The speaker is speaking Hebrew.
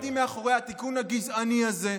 שהם לא עומדים מאחורי התיקון הגזעני הזה.